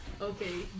Okay